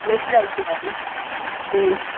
ꯂꯣꯏ ꯇ꯭ꯔꯥꯏ ꯇꯧꯔꯅꯤ ꯎꯝ